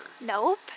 Nope